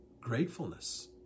gratefulness